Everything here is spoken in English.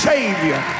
Savior